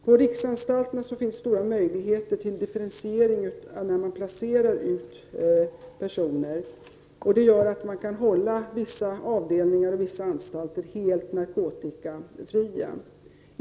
På riksanstalterna finns det stora möjligheter att differentiera när man placerar ut personer, och det gör att man kan hålla vissa avdelningar och anstalter helt narkotikafria.